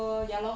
ya